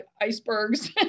icebergs